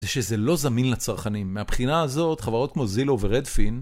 זה שזה לא זמין לצרכנים, מהבחינה הזאת חברות כמו זילו ורדפין